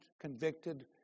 convicted